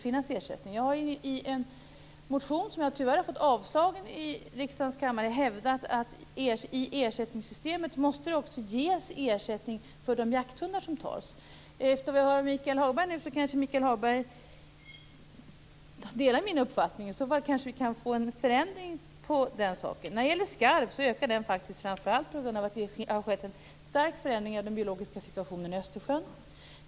I en motion som jag tyvärr har fått avslagen i riksdagens kammare har jag hävdat att det också måste ges ersättning för de jakthundar som tas. Michael Hagberg delar kanske min uppfattning nu. I så fall kan vi kanske få en förändring på den punkten. Skarven ökar framför allt på grund av att det har skett en stark förändring av den biologiska situationen i Östersjön.